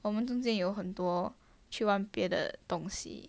我们中间有很多去玩别的东西